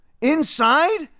inside